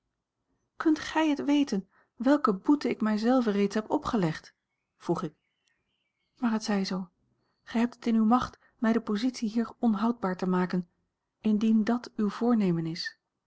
kunt gij het weten welke boete ik mij zelve reeds heb opgelegd vroeg ik maar het zij zoo gij hebt het in uwe macht mij de positie hier onhoudbaar te maken indien dàt uw voornemen is